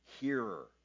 hearer